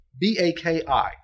b-a-k-i